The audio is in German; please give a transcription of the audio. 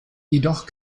jedoch